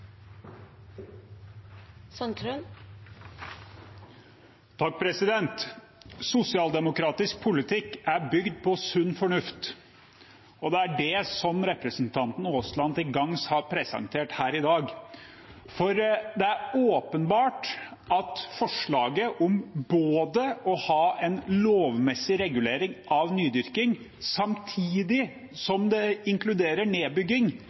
bygd på sunn fornuft, og det er det som representanten Aasland til gangs har presentert her i dag. For det er åpenbart at forslaget om å ha en lovmessig regulering av nydyrking samtidig som det inkluderer nedbygging,